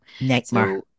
Nightmare